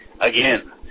Again